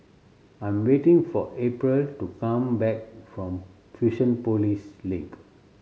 I am waiting for April to come back from Fusionopolis Link